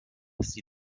sie